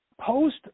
post